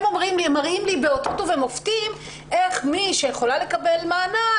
הם מראים לי באותות ובמופתים איך מי שיכולה לקבל מענק,